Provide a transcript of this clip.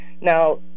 Now